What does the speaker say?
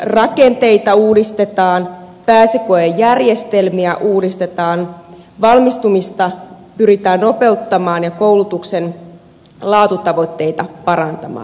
korkeakoulurakenteita uudistetaan pääsykoejärjestelmiä uudistetaan valmistumista pyritään nopeuttamaan ja koulutuksen laatutavoitteita parantamaan